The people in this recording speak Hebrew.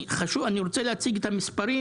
אני רוצה להציג את המספרים